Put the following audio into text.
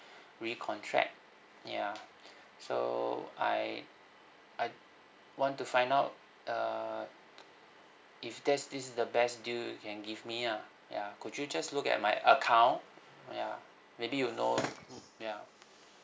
recontract ya so I I want to find out uh if there's this is the best deal you can give me ah ya could you just look at my account ya maybe you know mm ya